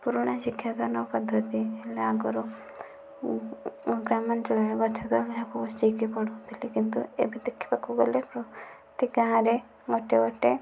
ପୁରୁଣା ଶିକ୍ଷାଦାନ ପଦ୍ଧତି ହେଲା ଆଗରୁ ଗ୍ରାମାଞ୍ଚଳରେ ଗଛ ତଳେ ବସିକି ପଢ଼ୁଥିଲେ କିନ୍ତୁ ଏବେ ଦେଖିବାକୁ ଗଲେ ପ୍ରତି ଗାଁରେ ଗୋଟିଏ ଗୋଟିଏ